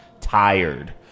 tired